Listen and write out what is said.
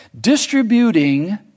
Distributing